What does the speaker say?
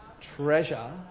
Treasure